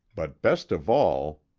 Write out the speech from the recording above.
but best of all,